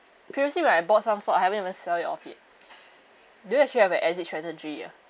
previously when I bought some stock I haven't even sell it off yet do you actually have an exit strategy ah